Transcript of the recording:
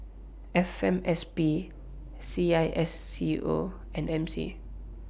F M S P C I S C O and M C